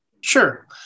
Sure